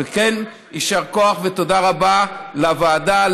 וכן יישר כוח ותודה רבה לוועדה,